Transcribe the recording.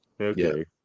Okay